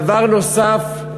דבר נוסף,